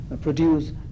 produce